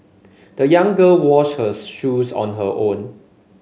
the young girl washed her shoes on her own